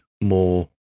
more